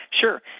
Sure